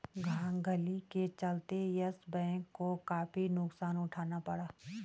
धांधली के चलते यस बैंक को काफी नुकसान उठाना पड़ा